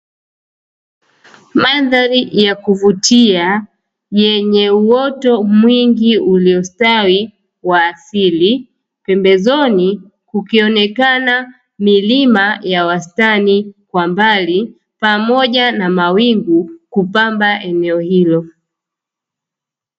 Mandhari ya kuvutia yenye uoto mwingi uliostawi wa asili, pembezoni kukionekana milima ya wastani kwa mbali pamoja na mawingu kupamba eneo hilo.